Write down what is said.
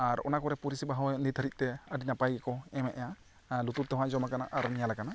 ᱟᱨ ᱚᱱᱟ ᱠᱚᱨᱮ ᱯᱚᱨᱤᱥᱮᱵᱟ ᱠᱚ ᱦᱚᱸ ᱱᱤᱛ ᱫᱷᱨᱤᱡ ᱛᱮ ᱟᱹᱰᱤ ᱱᱟᱯᱟᱭ ᱜᱮ ᱠᱚ ᱮᱢᱮᱜᱼᱟ ᱟᱨ ᱞᱩᱛᱩᱨ ᱛᱮᱦᱚᱸ ᱟᱸ ᱡᱚᱢ ᱟᱠᱟᱱᱟ ᱟᱨ ᱧᱮᱞ ᱟᱠᱟᱱᱟ